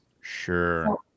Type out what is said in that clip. Sure